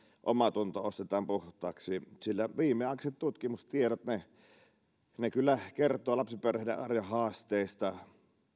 omatunto ostetaan puhtaaksi sillä viimeaikaiset tutkimustiedot kyllä kertovat lapsiperheiden arjen haasteista